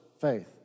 faith